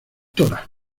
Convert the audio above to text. dra